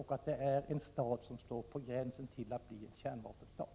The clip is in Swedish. Vi vet också att denna stat står på gränsen till att bli en kärnvapenstat?